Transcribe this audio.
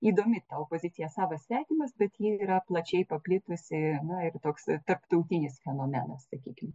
įdomi ta pozicija savas svetimas bet ji yra plačiai paplitusi ir toks tarptautinis fenomenas sakykim